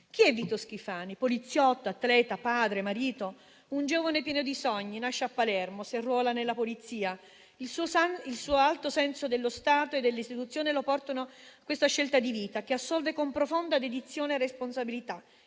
Chi è Vito Schifani? Poliziotto, atleta, padre, marito, un giovane pieno di sogni; nasce a Palermo, si arruola nella Polizia, il suo alto senso dello Stato e delle istituzioni lo portano a questa scelta di vita, che assolve con profonda dedizione e responsabilità.